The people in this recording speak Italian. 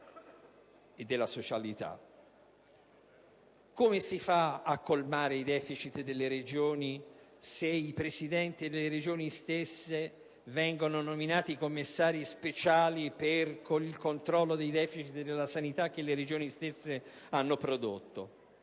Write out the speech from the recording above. e della socialità. Come si fa a colmare il deficit delle Regioni, se i Presidenti delle Regioni vengono nominati commissari speciali per il controllo dei deficit della sanità che le Regioni stesse hanno prodotto?